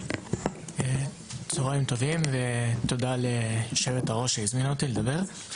צוהריים טובים ותודה ליו"ר שהזמינה אותי לדבר.